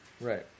Right